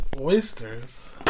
oysters